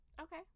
Okay